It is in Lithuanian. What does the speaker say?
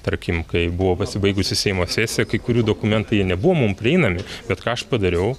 tarkim kai buvo pasibaigusi seimo sesija kai kurių dokumentai jie nebuvo mum prieinami bet ką aš padariau